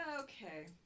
Okay